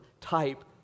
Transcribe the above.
type